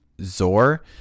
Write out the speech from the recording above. zor